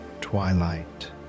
twilight